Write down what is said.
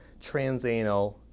Transanal